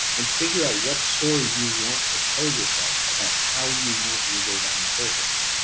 and figure out what story you want to tell yourself about how you want your day to unfold.